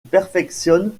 perfectionne